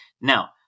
Now